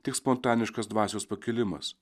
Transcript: tik spontaniškas dvasios pakilimas